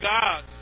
God